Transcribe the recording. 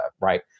Right